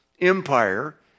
empire